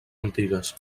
antigues